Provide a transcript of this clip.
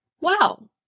wow